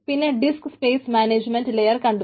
പിന്നെ disk space management layer കണ്ടു